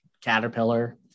caterpillar